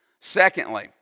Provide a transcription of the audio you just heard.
Secondly